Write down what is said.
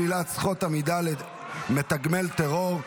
שלילת זכות עמידה למתגמל טרור),